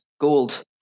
Gold